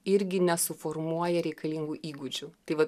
irgi nesuformuoja reikalingų įgūdžių tai va